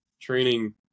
training